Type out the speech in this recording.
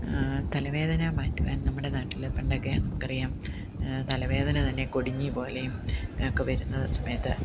തലവേദന മാറ്റുവാൻ നമ്മുടെ നാട്ടിൽ പണ്ടൊക്കെ നമുക്ക് അറിയാം തലവേദന തന്നെ കൊടിഞ്ഞി പോലെയും ഒക്കെ വരുന്ന സമയത്ത്